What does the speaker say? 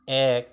এক